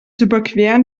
überqueren